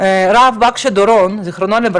הרב בקשי דורון ז"ל,